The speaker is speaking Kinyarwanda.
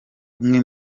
umwe